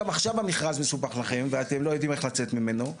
גם עכשיו המכרז מסובך לכם ואתם לא יודעים איך לצאת ממנו,